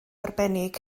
arbennig